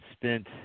spent